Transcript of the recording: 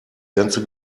ganze